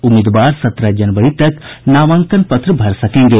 उम्मीदवार सत्रह जनवरी तक नामांकन पत्र भर सकेंगे